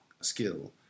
skill